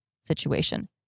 situation